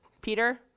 Peter